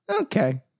Okay